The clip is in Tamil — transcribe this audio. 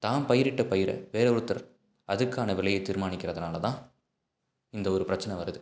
தான் பயிரிட்ட பயிரை வேற ஒருத்தர் அதுக்கான விலையை தீர்மானிக்கிறதுனால் தான் இந்த ஒரு பிரச்சனை வருது